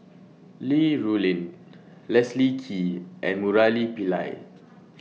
Li Rulin Leslie Kee and Murali Pillai